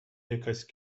якась